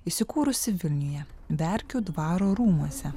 įsikūrusi vilniuje verkių dvaro rūmuose